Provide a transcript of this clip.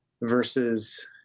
versus